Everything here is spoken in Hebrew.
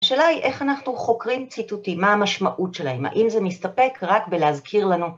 השאלה היא איך אנחנו חוקרים ציטוטים, מה המשמעות שלהם, האם זה מסתפק רק בלהזכיר לנו.